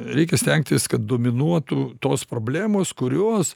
reikia stengtis kad dominuotų tos problemos kurios